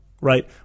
right